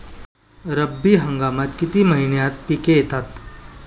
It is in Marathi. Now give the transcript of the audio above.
रब्बी हंगामात किती महिन्यांत पिके येतात?